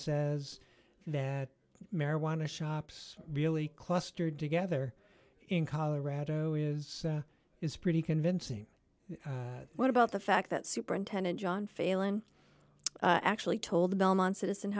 says that marijuana shops really clustered together in colorado is is pretty convincing what about the fact that superintendent john failon actually told the belmont citizen